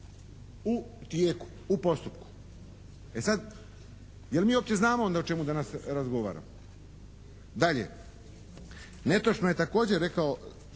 u tijeku, u postupku. E sad, jel' mi uopće znamo onda o čemu danas razgovaramo? Dalje, netočno je također rekao